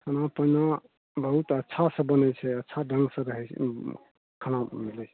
खाना पिना बहुत अच्छा से बनै छै अच्छा ढँगसऽ रहै छै खाना मिलै छै